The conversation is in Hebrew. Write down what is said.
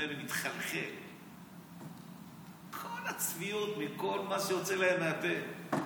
לפעמים אני מתחלחל מכל הצביעות ומכל מה שיוצא לך מהפה.